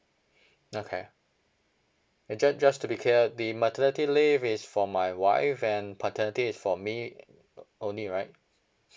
okay and ju~ just to be cleared the maternity leave is for my wife and paternity is for me uh uh only right